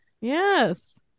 Yes